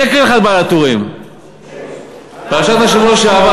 אני אקריא לך את "בעל הטורים", פרשת השבוע שעבר.